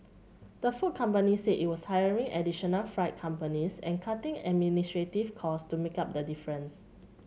the food company said it was hiring additional freight companies and cutting administrative cost to make up the difference